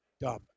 Dumb